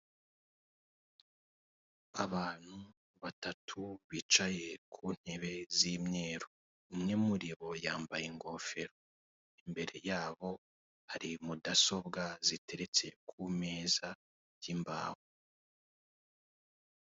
Abantu batatu bicaye ku ntebe z'imyeru umwe muri bo yambaye ingefero imbere yabo hari mudasobwa ziteretse ku meza y'imbaho.